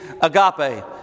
agape